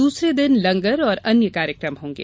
दूसरे दिन लंगर और अन्य कार्यक्रम होंगे